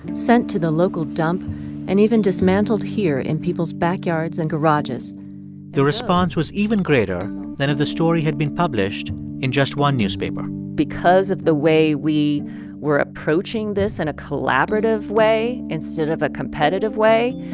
sent to the local dump and even dismantled here in people's backyards and garages the response was even greater than if the story had been published in just one newspaper because of the way we were approaching this in and a collaborative way instead of a competitive way,